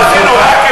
אתה יודע את האמת,